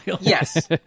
Yes